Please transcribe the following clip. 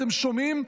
אתם שומעים?